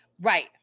Right